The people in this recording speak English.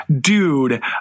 Dude